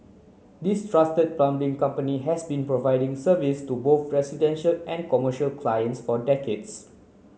this trusted plumbing company has been providing service to both residential and commercial clients for decades